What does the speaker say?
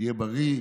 שתהיה בריא.